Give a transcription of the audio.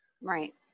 Right